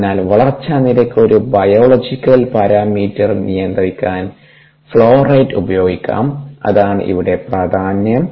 അതിനാൽ വളർച്ചാ നിരക്ക് ഒരു ബയോളജിക്കൽ പാരാമീറ്റർ നിയന്ത്രിക്കാൻ ഫ്ലോ റേറ്റ് ഉപയോഗിക്കാം അതാണ് ഇവിടെ പ്രാധാന്യം